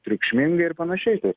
triukšmingai ir pananšiai tai